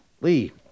Lee